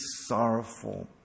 sorrowful